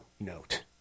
note